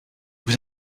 vous